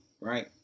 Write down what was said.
right